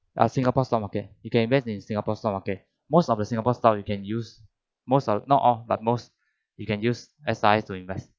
uh singapore stock market you can invest in singapore stock market most of the singapore stock you can use most of not all but most you can use S_R_S to invest